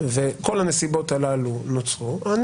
שכל הנסיבות הללו נוצרו,